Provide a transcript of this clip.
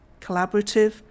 collaborative